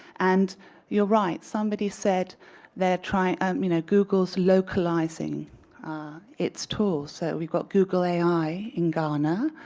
and you're right. somebody said they're trying i mean google's localizing its tools, so we've got google ai in ghana.